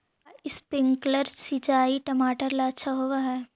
का स्प्रिंकलर सिंचाई टमाटर ला अच्छा होव हई?